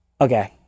okay